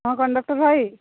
ହଁ କଣ୍ଡକ୍ଟର୍ ଭାଇ